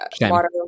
Water